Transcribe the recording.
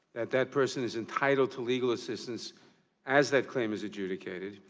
that that person is entitled to legal assistance as that claim is adjudicated.